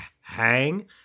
hang